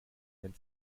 wenn